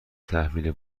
تحویل